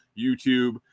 YouTube